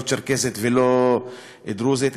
לא צ'רקסית ולא דרוזית,